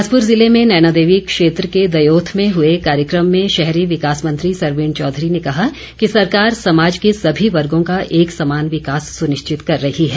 बिलासपुर जिले में नैनादेवी क्षेत्र के दयोथ में हुए कार्यक्रम में शहरी विकास मंत्री सरवीण चौधरी ने कहा कि सरकार समाज के सभी वर्गो का एक समान विकास सुनिश्चित कर रही है